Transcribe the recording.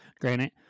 granted